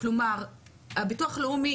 כלומר הביטוח לאומי